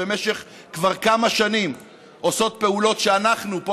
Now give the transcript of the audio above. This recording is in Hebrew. וכבר במשך כמה שנים הן עושות פעולות שאנחנו פה